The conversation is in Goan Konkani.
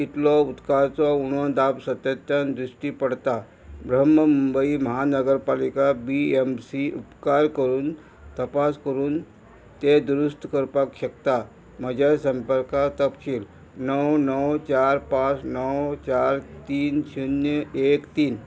तितलो उदकाचो उणो दाब सातत्यान दिश्टी पडटा ब्रह्म मुंबई महानगरपालिका बी एम सी उपकार करून तपास करून तें दुरुस्त करपाक शकता म्हज्या संपर्कां तपशील णव णव चार पांच णव चार तीन शुन्य एक तीन